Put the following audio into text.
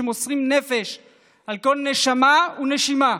שמוסרים נפש על כל נשמה ונשימה,